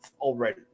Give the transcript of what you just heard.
already